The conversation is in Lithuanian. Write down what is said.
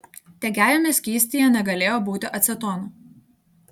degiajame skystyje negalėjo būti acetono